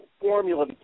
formula